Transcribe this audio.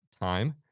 time